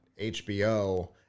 HBO